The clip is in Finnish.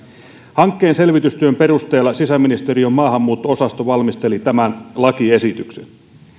hankkeen selvitystyön perusteella sisäministeriön maahanmuutto osasto valmisteli tämän lakiesityksen